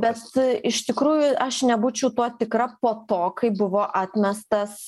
bet iš tikrųjų aš nebūčiau tuo tikra po to kai buvo atmestas